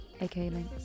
aka